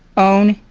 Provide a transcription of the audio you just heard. own,